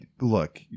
look